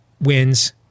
wins